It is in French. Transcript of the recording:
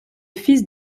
fils